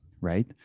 right